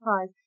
five